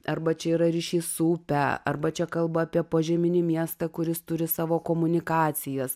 arba čia yra ryšys su upe arba čia kalba apie požeminį miestą kuris turi savo komunikacijas